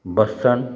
बस्छन्